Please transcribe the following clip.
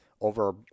over